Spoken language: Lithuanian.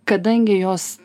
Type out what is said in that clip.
kadangi jos